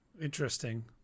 Interesting